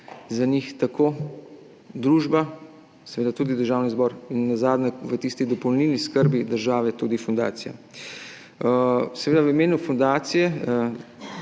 za njih, tako družba kot seveda tudi Državni zbor, nazadnje v tisti dopolnilni skrbi države tudi fundacija. V imenu fundacije,